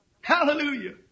Hallelujah